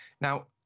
Now